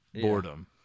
boredom